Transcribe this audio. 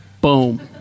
Boom